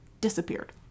disappeared